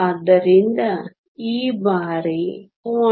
ಆದ್ದರಿಂದ ಈ ಬಾರಿ 0